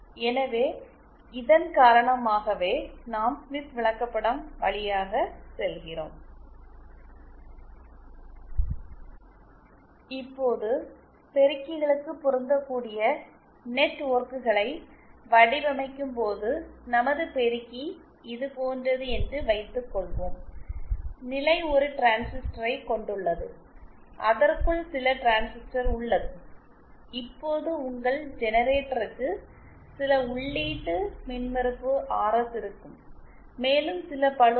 எனவே இதன் காரணமாகவே நாம் ஸ்மித் விளக்கப்படம் வழியாக செல்கிறோம் இப்போது பெருக்கிகளுக்கு பொருந்தக்கூடிய நெட்வொர்க்குகளை வடிவமைக்கும்போது நமது பெருக்கி இது போன்றது என்று வைத்துக் கொள்வோம் நிலை ஒரு டிரான்சிஸ்டரை கொண்டுள்ளது அதற்குள் சில டிரான்சிஸ்டர் உள்ளது இப்போது உங்கள் ஜெனரேட்டருக்கு சில உள்ளீட்டு மின்மறுப்பு ஆர்எஸ் இருக்கும் மேலும் சில பளு ஆர்